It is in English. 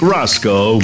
Roscoe